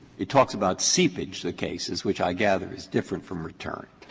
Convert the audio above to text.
it talks about seepage, the cases, which i gather is different from return.